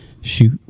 Shoot